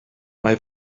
mae